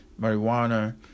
marijuana